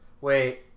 Wait